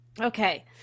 Okay